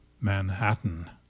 Manhattan